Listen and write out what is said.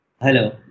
Hello